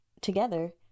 together